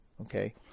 Okay